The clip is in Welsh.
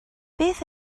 beth